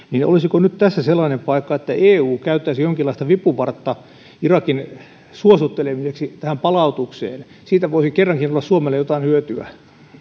olisiko nyt tässä sellainen paikka että eu käyttäisi jonkinlaista vipuvartta irakin suostuttelemiseksi tähän palautukseen siitä voisi kerrankin olla suomelle jotain hyötyä